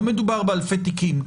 לא מדובר באלפי תיקים.